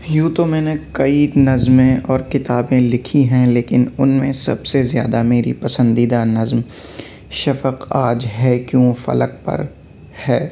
یوں تو میں نے کئی نظمیں اور کتابیں لکھیں ہیں لیکن ان میں سب سے زیادہ میری پسندیدہ نظم شفق آج ہے کیوں فلک پر ہے